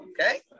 Okay